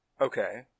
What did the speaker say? Okay